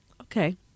Okay